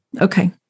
Okay